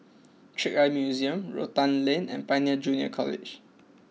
Trick Eye Museum Rotan Lane and Pioneer Junior College